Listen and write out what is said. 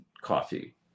coffee